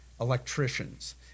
electricians